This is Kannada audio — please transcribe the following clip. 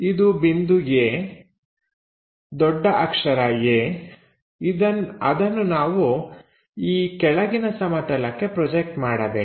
ಇದು ಬಿಂದು A ದೊಡ್ಡ ಅಕ್ಷರ A ಅದನ್ನು ನಾವು ಈ ಕೆಳಗಿನ ಸಮತಲಕ್ಕೆ ಪ್ರೊಜೆಕ್ಟ್ ಮಾಡಬೇಕು